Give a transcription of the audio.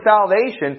salvation